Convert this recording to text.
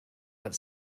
but